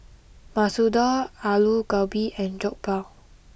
Masoor Dal Alu Gobi and Jokbal